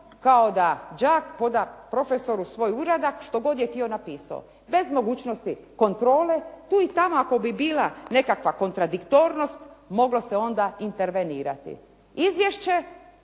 kao da đak preda svome profesuru svoj uradak što god je htio, napisao je. Bez mogućnosti kontrole, tu i tamo ako bi bila nekakva kontradiktornost moglo se onda intervenirati. Izvješće,